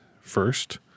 first